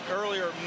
earlier